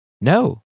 no